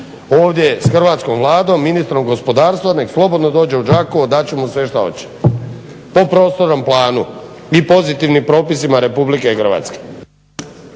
ovdje s Hrvatskom Vladom, ministrom gospodarstva nek slobodno dođe u Đakovo, dat ću mu sve šta hoće po prostornom planu. Mi pozitivnim propisima RH.